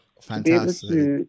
fantastic